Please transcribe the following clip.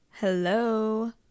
Hello